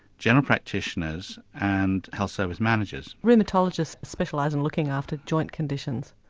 general practitioners and health service managers? rheumatologists specialise in looking after join conditions.